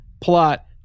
plot